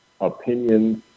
opinions